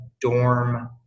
dorm